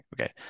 okay